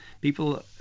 people